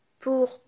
Pour